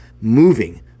moving